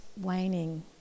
waning